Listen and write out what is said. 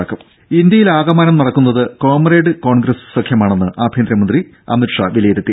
ടെട ഇന്ത്യയിൽ ആകമാനം നടക്കുന്നത് കോമ്രേഡ് കോൺഗ്രസ് സഖ്യമാണെന്ന് ആഭ്യന്തരമന്ത്രി അമിത്ഷാ വിലയിരുത്തി